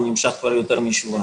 הוא נמשך כבר יותר משבועיים.